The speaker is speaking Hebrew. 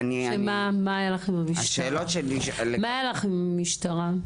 --- מה היה לך עם המשטרה?